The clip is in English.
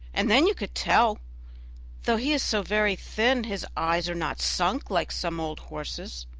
and then you could tell though he is so very thin, his eyes are not sunk like some old horses'.